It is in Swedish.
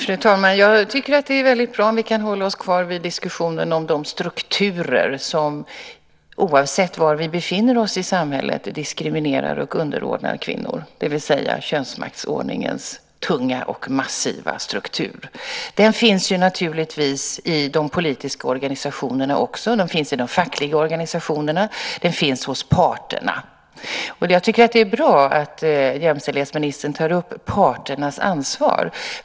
Fru talman! Jag tycker att det är väldigt bra om vi kan hålla oss kvar vid diskussionen om de strukturer som, oavsett var vi befinner oss i samhället, diskriminerar och underordnar kvinnor, det vill säga könsmaktsordningens tunga och massiva struktur. Den finns naturligtvis i de politiska organisationerna också. Den finns i de fackliga organisationerna. Den finns hos parterna. Jag tycker att det är bra att jämställdhetsministern tar upp parternas ansvar.